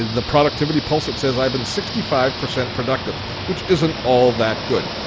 the productivity pulse, it says i've been sixty five percent productive which isn't all that good.